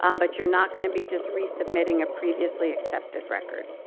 um but you're not going to be just resubmitting a previously accepted record.